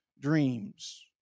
dreams